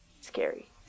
scary